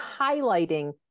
highlighting